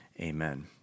amen